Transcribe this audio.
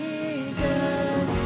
Jesus